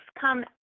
come